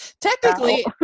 technically